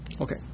Okay